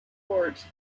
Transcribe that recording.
courts